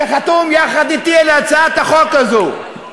שחתום יחד אתי על הצעת החוק הזאת,